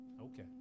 Okay